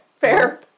fair